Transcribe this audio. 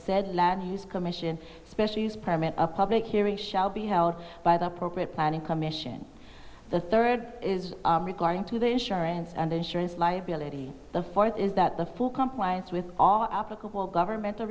said land use commission special use permit a public hearing shall be held by the appropriate planning commission the third is regarding to the insurance and then surance liability the fourth is that the full compliance with all applicable government